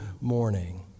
morning